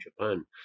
Japan